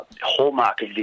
hallmark